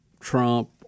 Trump